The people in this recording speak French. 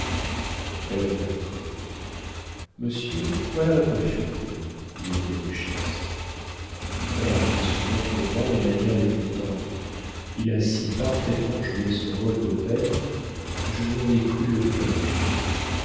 mon père est entré monsieur voilà votre fille lui a dit la duchesse mon père a pris soudain pour moi les manières les plus tendres il a si parfaitement joué son rôle de père que je lui en ai cru le cœur